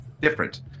different